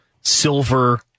Silver